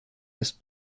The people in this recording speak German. ist